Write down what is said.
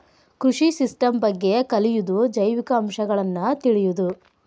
ಕೃಷಿ ಸಿಸ್ಟಮ್ ಬಗ್ಗೆ ಕಲಿಯುದು ಜೈವಿಕ ಅಂಶಗಳನ್ನ ತಿಳಿಯುದು